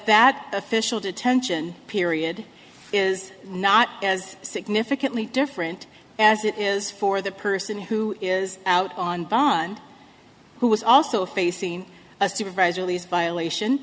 that official detention period is not as significantly different as it is for the person who is out on bond who was also facing a supervisor least violation